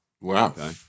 Wow